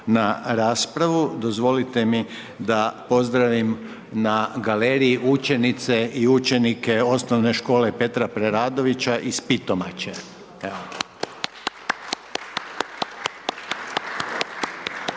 na raspravu, dozvolite mi da pozdravim na galerije učenice i učenike Osnovne škole Petra Preradovića iz Pitomače.